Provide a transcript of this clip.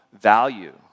value